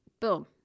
Boom